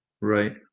Right